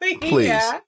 Please